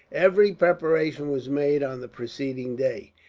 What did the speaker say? every preparation was made on the preceding day,